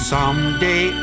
Someday